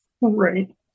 Right